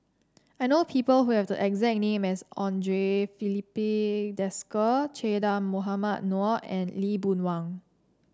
I know people who have the exact name as Andre Filipe Desker Che Dah Mohamed Noor and Lee Boon Wang